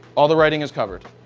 all the writing is covered.